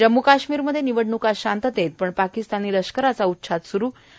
जम्म् काष्मीरमध्ये निवडण्का शांततेत पण पाकिस्तानी लष्कराचा उच्छाद सुरूच